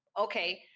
Okay